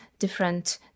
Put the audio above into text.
different